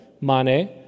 Mane